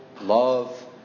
love